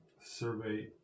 survey